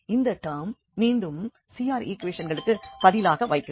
இந்த டெர்ம் மீண்டும் CR ஈக்குவேஷன்களுக்கு பதிலாக வைக்கிறோம்